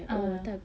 ah